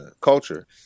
culture